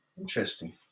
Interesting